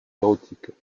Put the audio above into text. érotiques